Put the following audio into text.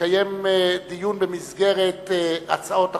לקיים דיון במסגרת הצעות אחרות,